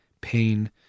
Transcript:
pain